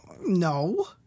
No